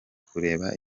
kureba